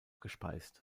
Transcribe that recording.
gespeist